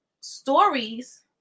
stories